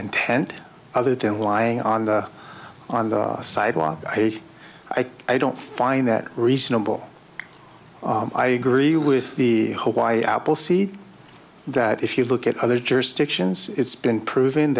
intent other than lying on the on the sidewalk i don't find that reasonable i agree with the whole why apple see that if you look at other jurisdictions it's been proven